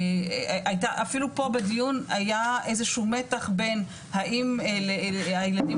אפילו פה בדיון היה איזשהו מתח בין האם הילדים